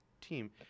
team